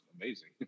amazing